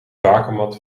bakermat